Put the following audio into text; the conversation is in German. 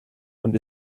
und